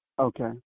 Okay